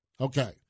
Okay